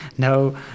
No